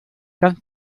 ganz